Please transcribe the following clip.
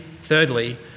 thirdly